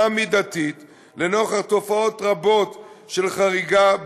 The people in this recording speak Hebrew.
מידתית לנוכח תופעות רבות של חריגה,